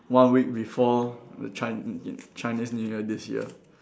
one week before the Chine~ Chinese new year this year